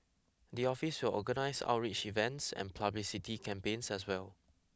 the office will organise outreach events and publicity campaigns as well